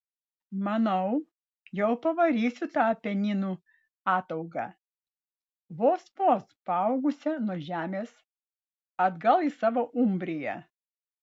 maniau jau pavarysiu tą apeninų ataugą vos vos paaugusią nuo žemės atgal į savo umbriją